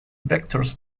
vectors